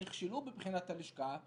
שנכשלו בבחינת הלשכה,